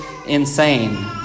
insane